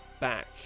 back